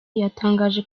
yatangaje